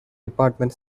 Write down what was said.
department